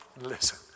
Listen